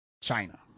China